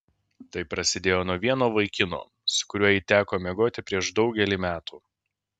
tai prasidėjo nuo vieno vaikino su kuriuo jai teko miegoti prieš daugelį metų